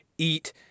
eat